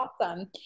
awesome